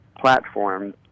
platform